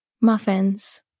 Muffins